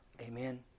Amen